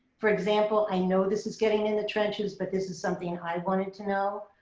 for example, i know this is getting in the trenches, but this is something i wanted to know.